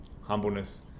humbleness